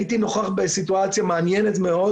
הייתי נוכח בסיטואציה מעניינת מאוד